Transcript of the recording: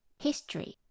history